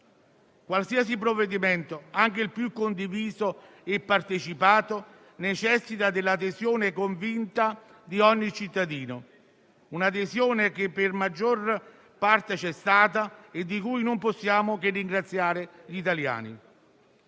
Qualsiasi provvedimento, anche il più condiviso e partecipato, necessita dell'adesione convinta di ogni cittadino. Si tratta di un'adesione che per la maggior parte c'è stata e di cui non possiamo che ringraziare gli italiani.